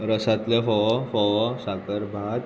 रोसांतले फोव फोव साकरभात